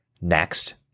Next